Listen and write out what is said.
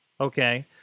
Okay